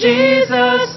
Jesus